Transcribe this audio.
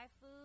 food